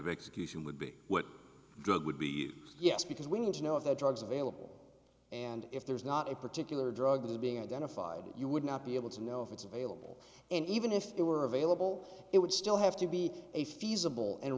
of execution would be what drug would be yes because we need to know if the drugs available and if there is not a particular drug that is being identified you would not be able to know if it's available and even if it were available it would still have to be a feasible and